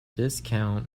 discount